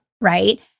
right